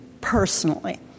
personally